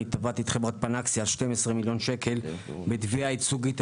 ואני תבעתי את חברת פנאקסיה על כ-12 מיליון ₪ בתביעה ייצוגית,